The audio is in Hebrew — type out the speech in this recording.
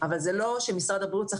זה לא wishful thinking, זאת